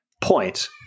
point